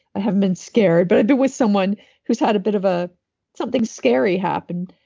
i haven't been scared, but i've been with someone who's had a bit of a something scary happened,